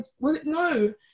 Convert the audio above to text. No